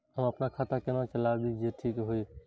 हम अपन खाता केना चलाबी जे ठीक होय?